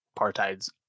apartheid's